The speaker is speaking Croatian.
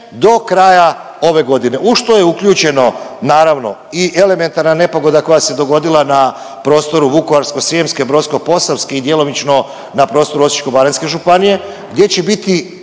do kraja ove godine, u što je uključeno, naravno i elementarna nepogoda koja se dogodila na prostoru Vukovarsko-srijemske, Brodsko-posavske i djelomično na prostoru Osječko-baranjske županije, gdje će biti